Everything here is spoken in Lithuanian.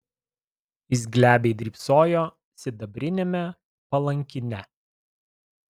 jis glebiai drybsojo sidabriniame palankine